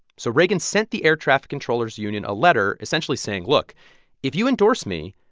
so reagan sent the air traffic controllers' union a letter, essentially saying, look if you endorse me,